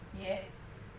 Yes